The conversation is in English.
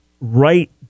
right